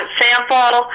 sample